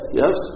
yes